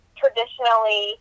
traditionally